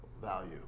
value